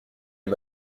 les